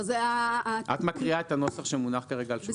את מקריאה את הנוסח שמונח כרגע על שולחן הוועדה.